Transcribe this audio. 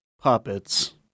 puppets